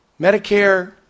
Medicare